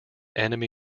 enemy